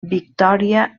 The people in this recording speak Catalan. victòria